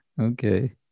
Okay